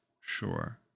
sure